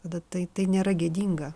tada tai tai nėra gėdinga